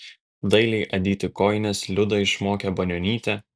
dailiai adyti kojines liudą išmokė banionytė